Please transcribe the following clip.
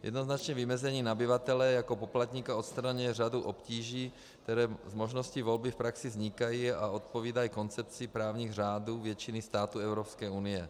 Jednoznačné vymezení nabyvatele jako poplatníka odstraňuje řadu obtíží, které možností volby v praxi vznikají a odpovídají koncepci právních řádů většiny států Evropské unie.